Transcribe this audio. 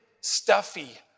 stuffy